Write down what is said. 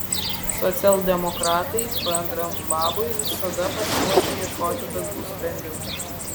socialdemokratai bendram labui visada pasiruošę ieškoti bendrų sprendimų